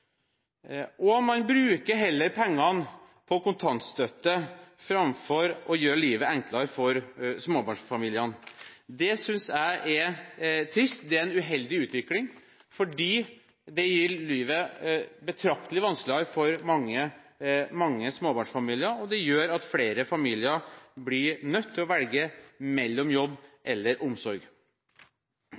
og man bruker heller pengene på kontantstøtte framfor å gjøre livet enklere for småbarnsfamiliene. Det synes jeg er trist. Det er en uheldig utvikling, fordi det gjør livet betraktelig vanskeligere for mange småbarnsfamilier, og det gjør at flere familier blir nødt til å velge jobb eller omsorg.